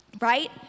Right